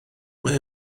mae